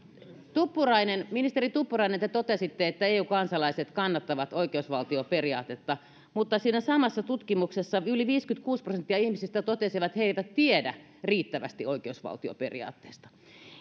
ministeri tuppurainen te totesitte että eu kansalaiset kannattavat oikeusvaltioperiaatetta mutta siinä samassa tutkimuksessa yli viisikymmentäkuusi prosenttia ihmisistä totesi että he eivät tiedä riittävästi oikeusvaltioperiaatteesta